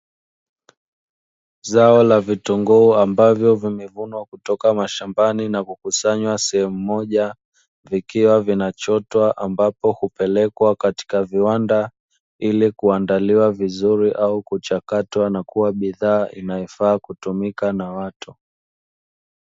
Zao la vitunguu ambavyo vimevunwa kutoka mashambani na kukusanya sehemu moja, vikiwa vinachotwa ambapo hupelekwa katika viwanda ili kuandaliwa vizuri au kuchakatwa na kuwa bidhaa inayofaa kutumika na watu.